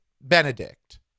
Benedict